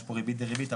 יש פה ריבית דריבית,